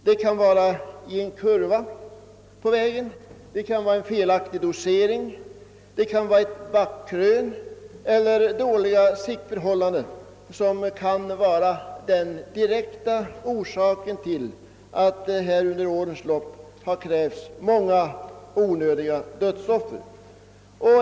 Det kan vara en kurva på vägen, det kan vara en felaktig dosering, det kan vara ett backkrön eller dåliga siktförhållanden som är den direkta orsaken till att många onödiga dödsoffer under årens lopp krävs på ett visst ställe.